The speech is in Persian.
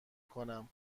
کنم